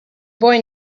boy